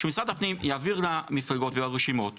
שמשרד הפנים יעביר למפלגות ולרשימות משוב.